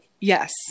Yes